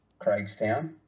Craigstown